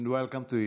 Welcome to Israel.